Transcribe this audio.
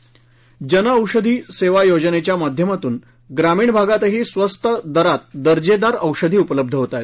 प्रधानंमत्री जनऔषधी सेवा योजनेच्या माध्यमातून ग्रामीण भागतही स्वस्त दरात दर्जेदार औषधी उपलब्ध होत आहेत